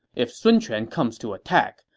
if sun quan comes to attack,